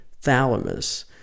thalamus